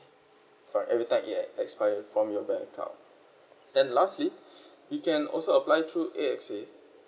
sorry every time as required from your bank account then lastly you can also apply through A_X_S